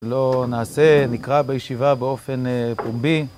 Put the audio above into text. לא נעשה, נקרא בישיבה באופן פומבי